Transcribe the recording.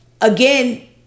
again